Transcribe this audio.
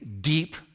deep